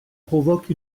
provoque